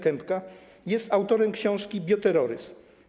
Kępka jest autorem książki „Bioterroryzm.